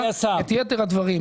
את יתר הדברים,